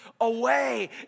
away